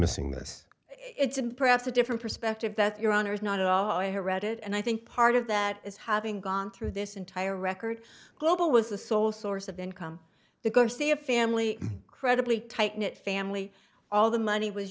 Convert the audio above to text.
missing this it's in perhaps a different perspective that your honor is not at all here read it and i think part of that is having gone through this entire record global was the sole source of income the garcia family credibly tight knit family all the money was